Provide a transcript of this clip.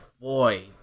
boy